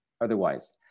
otherwise